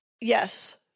Yes